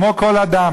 כמו כל אדם,